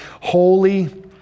holy